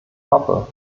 hoffe